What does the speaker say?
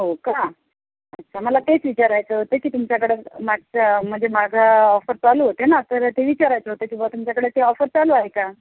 हो का अच्छा मला तेच विचारायचं होतं की तुमच्याकडं मागच्या म्हणजे मागं ऑफर चालू होत्या ना तर ते विचारायचं होतं की बुवा तुमच्याकडे ते ऑफर चालू आहे का